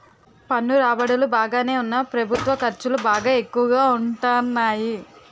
పన్ను రాబడులు బాగానే ఉన్నా ప్రభుత్వ ఖర్చులు బాగా ఎక్కువగా ఉంటాన్నాయి